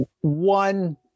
one